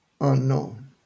unknown